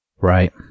Right